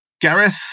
Gareth